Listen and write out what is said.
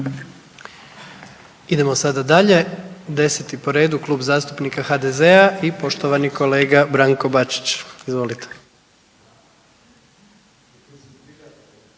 Idemo sada dalje. 10. po redu, Kluba zastupnika HDZ-a i poštovani kolega Branko Bačić. Izvolite.